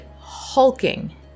hulking